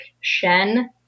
Shen